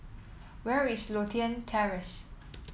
where is Lothian Terrace